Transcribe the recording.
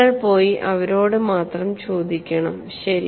നിങ്ങൾ പോയി അവരോട് മാത്രം ചോദിക്കണം ശരി